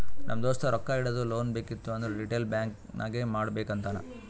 ನಮ್ ದೋಸ್ತ ರೊಕ್ಕಾ ಇಡದು, ಲೋನ್ ಬೇಕಿತ್ತು ಅಂದುರ್ ರಿಟೇಲ್ ಬ್ಯಾಂಕ್ ನಾಗೆ ಮಾಡ್ಬೇಕ್ ಅಂತಾನ್